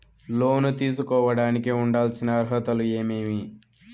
లోను తీసుకోడానికి ఉండాల్సిన అర్హతలు ఏమేమి?